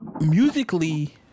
Musically